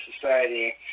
society